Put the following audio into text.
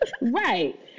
Right